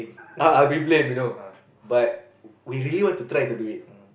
ah I'll be blame you know but we really want to try to do it